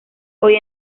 hoy